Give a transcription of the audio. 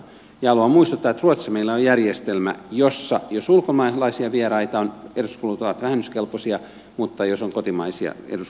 haluan muistuttaa että ruotsissa on järjestelmä jossa jos ulkomaalaisia vieraita on edustuskulut ovat vähennyskelpoisia mutta jos on kotimaisia edustuskuluja ei saa vähentää